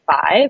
five